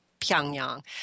Pyongyang